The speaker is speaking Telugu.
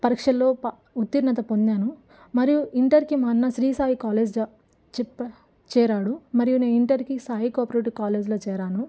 పరీక్షల్లో ప ఉత్తీర్ణత పొందాను మరియు ఇంటర్కి మా అన్న శ్రీ సాయి కాలేజ్ చెప్ప చేరాడు మరియు నేను ఇంటర్కి సాయి కోపరేటివ్ కాలేజ్లో చేరాను